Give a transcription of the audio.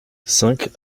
cinq